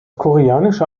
koreanische